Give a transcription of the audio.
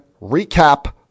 recap